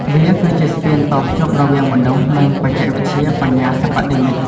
វាគឺជាស្ពានតភ្ជាប់រវាងមនុស្ស និងបច្ចេកវិទ្យាបញ្ញាសិប្បនិម្មិត។